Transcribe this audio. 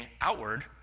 outward